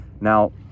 now